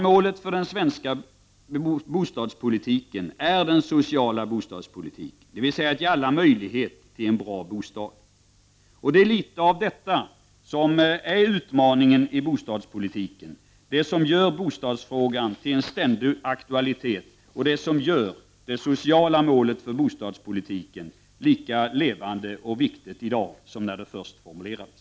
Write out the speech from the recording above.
Målet för den svenska bostadspolitiken är att ge alla möjlighet till en bra bostad. Det är utmaningen i bostadspolitiken. Det är det som gör bostadsfrågan till en ständig aktualitet och som i dag gör det sociala målet för bostadspolitiken lika levande och viktigt som när det först formulerades.